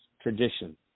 tradition